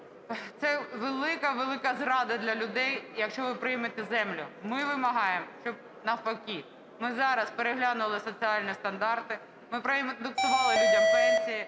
велика-велика зрада для людей, якщо ви приймете землю. Ми вимагаємо, щоб, навпаки, ми зараз переглянули соціальні стандарти, ми проіндексували людям пенсії,